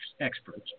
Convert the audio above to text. experts